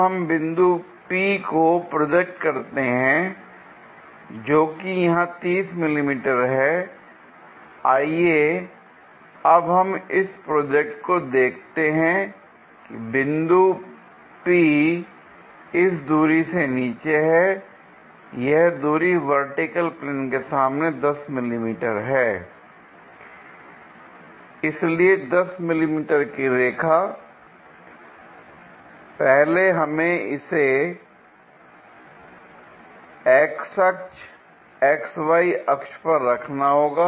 जब हम बिंदु p को प्रोजेक्ट करते हैं जो कि यहां 30 मिमी है l आइए अब हम इस प्रोजेक्ट को देखते हैं बिंदु p इस दूरी से नीचे है यह दूरी वर्टिकल प्लेन के सामने 10 मिमी है l इसलिए 10 मिमी की रेखा पहले पहले हमें इसे X अक्ष X Y अक्ष पर रखना होगा